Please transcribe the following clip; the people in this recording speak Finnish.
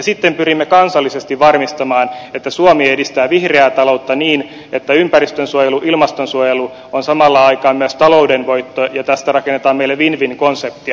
sitten pyrimme kansallisesti varmistamaan että suomi edistää vihreää taloutta niin että ympäristönsuojelu ilmastonsuojelu on samalla aikaa myös talouden voitto ja tästä rakennetaan meille win win konseptia